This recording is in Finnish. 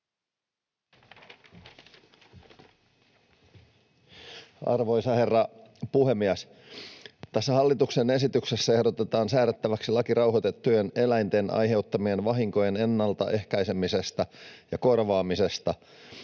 Arvoisa herra puhemies! Hallituksen esityksessä ehdotetaan säädettäväksi laki rauhoitettujen eläinten aiheuttamien vahinkojen ennalta ehkäisemisestä ja korvaamisesta.